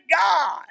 God